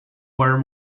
were